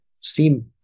seem